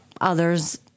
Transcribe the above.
others